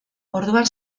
orduan